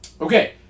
Okay